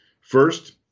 First